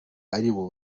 aribo